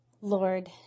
Lord